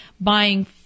buying